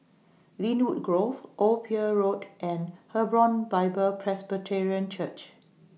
Lynwood Grove Old Pier Road and Hebron Bible Presbyterian Church